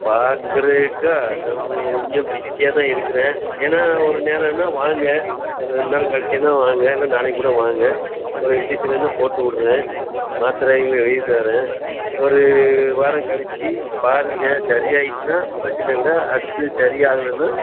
பார்க்கிறேக்கா நாம் கொஞ்சம் பிஸியாகதான் இருக்கிறேன் ஏனால் ஒரு நேரம்னா வாங்க ஒரு ரெண்டு நாள் கழிச்சின்னா வாங்க இல்லை நாளைக்கு கூட வாங்க ஒரு இன்ஜெக்ஷன் வேணும்னா போட்டு விட்றேன் மாத்திரைகள் எழுதி தர்றேன் ஒரு வாரங்கழிச்சி பாருங்க சரியாயிட்டுன்னால் பிரச்சினை இல்லை அடுத்து சரியாகலைன்னா